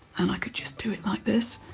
and i could just do it like this.